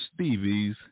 Stevies